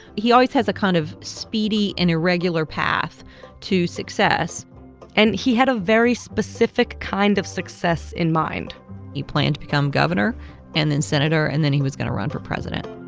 he always has a kind of speedy and irregular path to success and he had a very specific kind of success in mind he planned to become governor and then senator, and then he was going to run for president